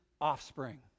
offspring